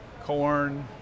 Corn